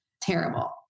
terrible